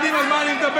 יודעים על מה אני מדבר,